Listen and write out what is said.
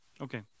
Okay